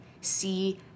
see